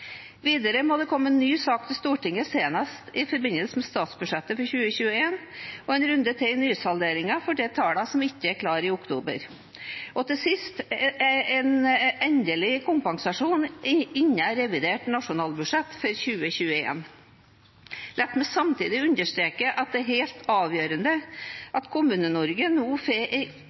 Videre må det komme en ny sak til Stortinget senest i forbindelse med statsbudsjettet for 2021, en runde til i nysalderingen for de tall som ikke er klare i oktober, og til sist en endelig kompensasjon innen revidert nasjonalbudsjett 2021. La meg samtidig understreke at det er helt avgjørende at Kommune-Norge nå får